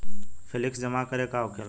Flexi जमा का होखेला?